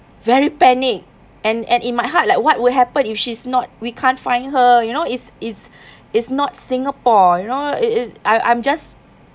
very panic and and in my heart like what will happen if she's not we can't find her you know it's it's it's not singapore you know it it I I'm just